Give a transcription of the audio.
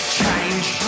change